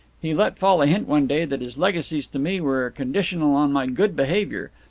he let fall a hint one day that his legacies to me were conditional on my good behaviour.